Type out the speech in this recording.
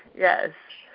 yes.